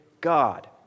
God